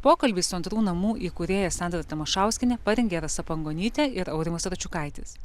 pokalbis su antrų namų įkūrėja sandra tamašauskiene parengė rasa pangonytė ir aurimas račiukaitis